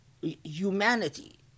humanity